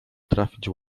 trafić